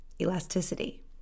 elasticity